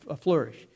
flourish